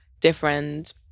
different